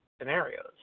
scenarios